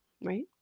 Right